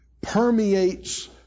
permeates